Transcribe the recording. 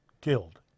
killed